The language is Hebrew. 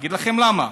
אגיד לכם למה.